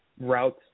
routes